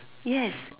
yes